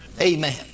Amen